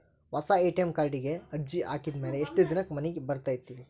ಹೊಸಾ ಎ.ಟಿ.ಎಂ ಕಾರ್ಡಿಗೆ ಅರ್ಜಿ ಹಾಕಿದ್ ಮ್ಯಾಲೆ ಎಷ್ಟ ದಿನಕ್ಕ್ ಮನಿಗೆ ಬರತೈತ್ರಿ?